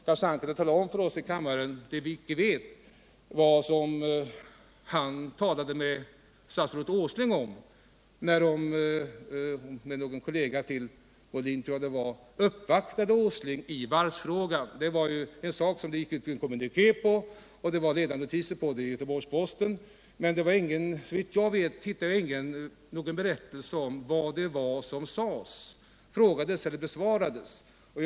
Kanske han kan tala om för oss — för det känner vi inte till — vad han diskuterade med industriminister Åsling, när han och Björn Molin uppvaktade herr Åsling i varvsfrågan. Det gick ut en kommuniké om uppvaktningen, vilken omnämndes även i ledarnotiser i Göteborgsposten. Men såvitt jag vet fanns det ingen redogörelse för vad som sades vid denna uppvaktning.